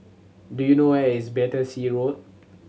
do you know where is Battersea Road